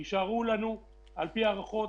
כי על פי ההערכות,